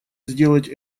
сделать